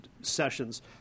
Sessions